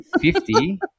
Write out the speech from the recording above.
fifty